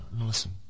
listen